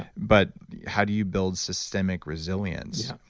but how do you build systemic resilience?